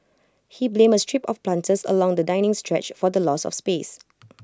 he blamed A strip of planters along the dining stretch for the loss of space